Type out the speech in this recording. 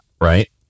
right